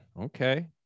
Okay